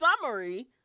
summary